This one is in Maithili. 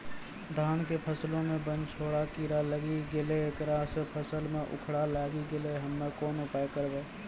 धान के फसलो मे बनझोरा कीड़ा लागी गैलै ऐकरा से फसल मे उखरा लागी गैलै हम्मे कोन उपाय करबै?